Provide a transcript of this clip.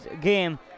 game